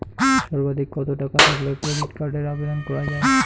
সর্বাধিক কত টাকা থাকলে ক্রেডিট কার্ডের আবেদন করা য়ায়?